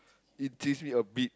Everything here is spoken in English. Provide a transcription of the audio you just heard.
it teach me a bit